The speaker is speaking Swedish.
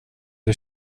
det